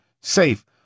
safe